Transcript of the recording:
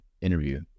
interview